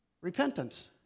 repentance